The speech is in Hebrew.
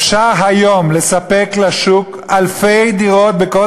אפשר היום לספק לשוק אלפי דירות בכל